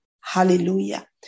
Hallelujah